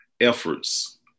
efforts